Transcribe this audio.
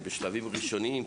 בשלבים ראשוניים,